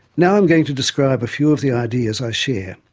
now i'm going to describe a few of the ideas i share,